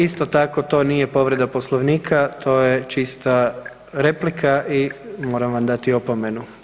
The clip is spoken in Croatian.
Isto tako, to nije povreda Poslovnik, to je čista replika i moram vam dati opomenu.